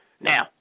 Now